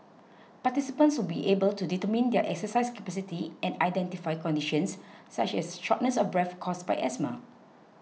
participants will be able to determine their exercise capacity and identify conditions such as shortness of breath caused by asthma